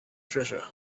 treasure